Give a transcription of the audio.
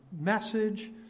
message